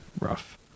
rough